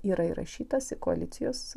yra įrašytas į koalicijos